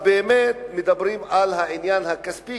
אז באמת מדברים על העניין הכספי,